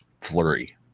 flurry